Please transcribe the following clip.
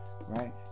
right